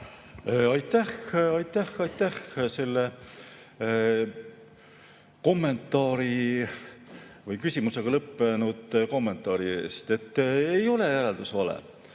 Aitäh, aitäh! Aitäh selle kommentaari või küsimusega lõppenud kommentaari eest! Ei ole järeldus vale.